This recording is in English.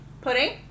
Pudding